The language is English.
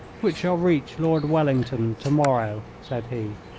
which shall reach lord wellington to-morrow, said he.